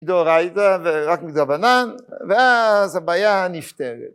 דאורייתא ורק מדרבנן ואז הבעיה נפתרת